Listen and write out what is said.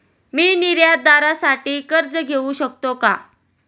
मी निर्यातदारासाठी कर्ज घेऊ शकतो का?